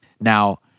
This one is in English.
Now